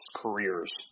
careers